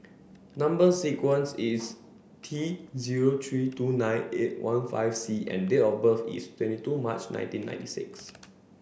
number sequence is T zero three two nine eight one five C and date of birth is twenty two March nineteen ninety six